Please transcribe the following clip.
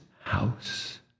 house